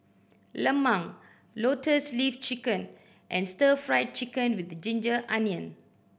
lemang Lotus Leaf Chicken and Stir Fried Chicken with ginger onion